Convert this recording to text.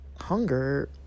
hunger